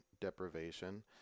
deprivation